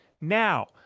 now